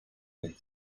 eggs